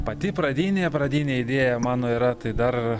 pati pradinė pradinė idėja mano yra tai dar